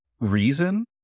reason